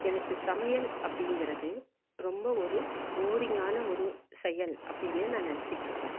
எனக்கு சமையல் அப்படிங்கிறது ரொம்ப ஒரு போரிங்கான ஒரு செயல் அப்படின்னு நான் நினைச்சிட்டு இருப்பேன்